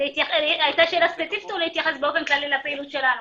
הייתה שאלה ספציפית או להתייחס באופן כללי לפעילות שלנו?